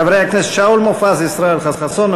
חברי הכנסת שאול מופז וישראל חסון,